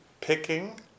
picking